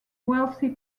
wealthy